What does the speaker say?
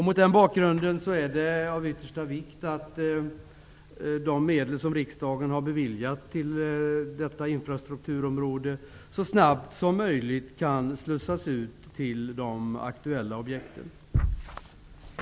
Mot den bakgrunden är det av yttersta vikt att de av riksdagen beviljade medlen till detta infrastrukturområde så snabbt som möjligt kan slussas ut till de aktuella objekten.